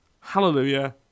Hallelujah